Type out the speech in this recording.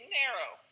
narrow